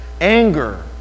Anger